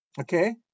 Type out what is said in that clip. Okay